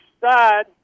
side